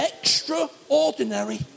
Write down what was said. extraordinary